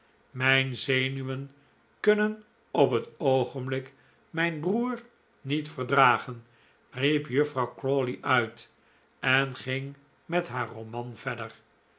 mijn zenuwen kunnen op het oogenblik mijn broer niet verdragen riep juffrouw crawley uit en ging met haar roman verder